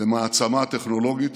למעצמה טכנולוגית,